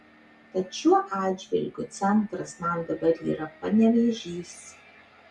tad šiuo atžvilgiu centras man dabar yra panevėžys